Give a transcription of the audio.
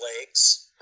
legs